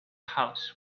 house